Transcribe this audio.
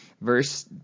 verse